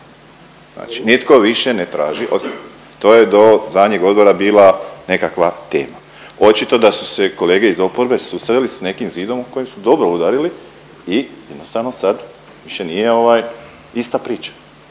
Znači nitko više ne traži ostavku. To je do zadnjeg odbora bila nekakva tema. Očito da su se kolege iz oporbe susreli sa nekim zidom u koji su dobro udarili i jednostavno sad više nije ista priča.